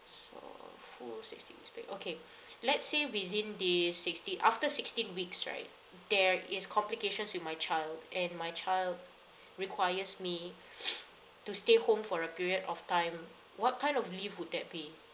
so full sixteen weeks paid okay let's say within the sixty after sixteen weeks right there is complications with my child and my child requires me to stay home for a period of time what kind of leave would that be